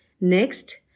next